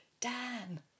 dan